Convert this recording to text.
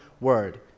word